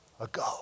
ago